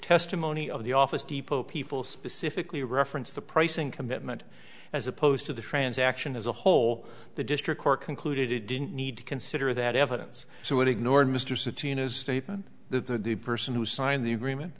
testimony of the office depot people specifically referenced the pricing commitment as opposed to the transaction as a whole the district court concluded it didn't need to consider that evidence so it ignored mr city in his statement the person who signed the agreement